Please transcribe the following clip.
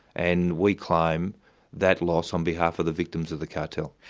and we claim that loss on behalf of the victims of the cartel.